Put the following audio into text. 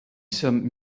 some